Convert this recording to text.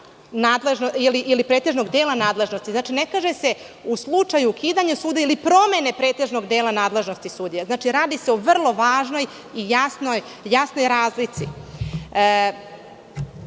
ili pretežnog dela nadležnosti. Ne kaže se – u slučaju ukidanja suda ili promene pretežnog dela nadležnosti sudija. Radi se o vrlo važnoj i jasnoj razlici. Kada